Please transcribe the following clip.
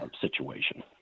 situation